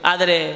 Adre